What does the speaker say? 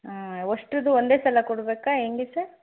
ಅಷ್ಟ್ರುದೂ ಒಂದೇ ಸಲ ಕೊಡಬೇಕಾ ಹೆಂಗೆ ಸರ್